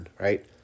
Right